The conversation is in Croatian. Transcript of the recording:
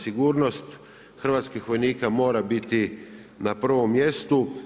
Sigurnost hrvatskih vojnika mora biti na provom mjestu.